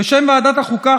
בשם ועדת החוקה,